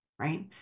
Right